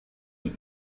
mean